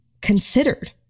considered